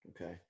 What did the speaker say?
okay